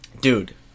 Dude